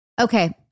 Okay